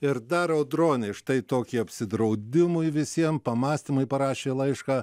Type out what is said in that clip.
ir daro audronė štai tokį apsidraudimui visiems pamąstymui parašė laišką